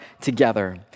together